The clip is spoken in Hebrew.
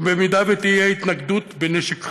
ובמידה שתהיה התנגדות בנשק חם,